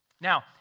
Now